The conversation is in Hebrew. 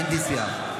אין דו-שיח.